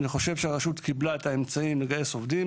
אני חושב שהרשות קיבלה את האמצעים לגייס עובדים,